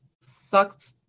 sucked